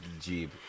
Jeep